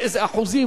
באיזה אחוזים,